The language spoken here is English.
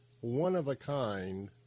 one-of-a-kind